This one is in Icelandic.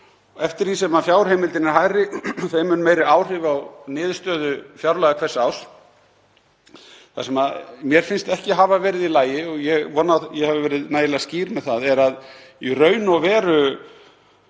Eftir því sem fjárheimildir eru hærri, þeim mun meiri eru áhrifin á niðurstöðu fjárlaga hvers árs. Það sem mér finnst ekki hafa verið í lagi, og ég vona að ég hafi verið nægilega skýr með það, er að í raun var